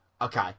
Okay